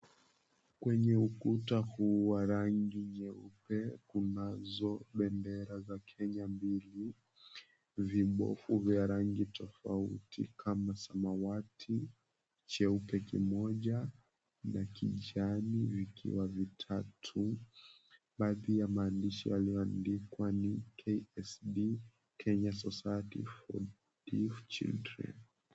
Kwenye ukuta huu wa rangi nyeupe kunazo bendera za kenya mbili, vibofu vya rangi tofauti kama samawati, cheupe kimoja na kijani, vikiwa vitatu. Baadhi ya maandishi yaliyoadikwa ni, KSD, Kenya Society for Deaf Children.